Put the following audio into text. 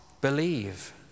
believe